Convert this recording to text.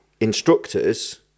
instructors